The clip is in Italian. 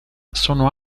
sono